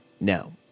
now